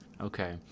Okay